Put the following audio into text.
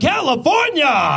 California